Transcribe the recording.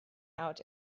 out